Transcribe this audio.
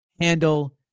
handle